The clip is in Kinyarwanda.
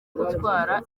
gutwara